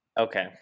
Okay